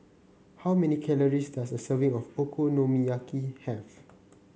how many calories does a serving of Okonomiyaki have